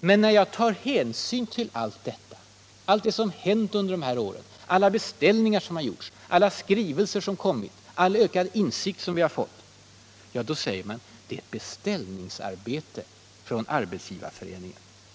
Men när jag tar hänsyn till allt detta — allt det som hänt under dessa år, alla beställningar som gjorts, alla skrivelser som kommit, all ökad insikt som vi har fått — då säger man: Det är ett beställningsarbete från Arbetsgivareföreningen!